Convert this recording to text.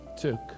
took